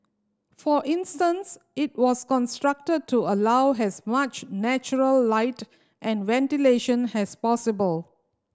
for instance it was constructed to allow has much natural light and ventilation has possible